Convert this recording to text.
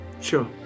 Sure